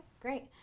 great